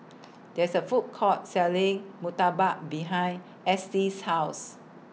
There IS A Food Court Selling Murtabak behind Estie's House